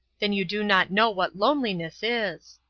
then you do not know what loneliness is.